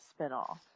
spinoff